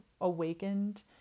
awakened